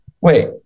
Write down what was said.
wait